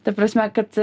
ta prasme kad